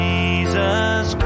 Jesus